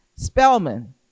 Spellman